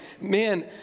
man